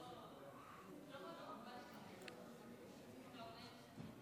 כבוד יושב-ראש הישיבה, חבריי חברי הכנסת,